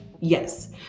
Yes